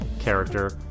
character